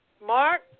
Mark